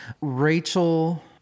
Rachel